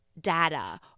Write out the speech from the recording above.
data